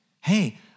Hey